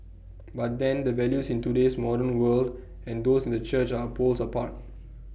but then the values in today's modern world and those in the church are poles apart